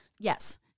Yes